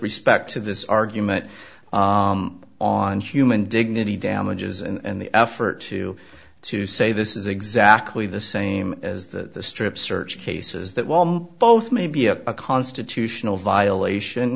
respect to this argument on human dignity damages and the effort to to say this is exactly the same as the strip search cases that warm both may be a constitutional violation